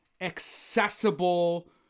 accessible